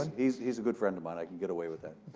he's he's a good friend of mine. i can get away with that.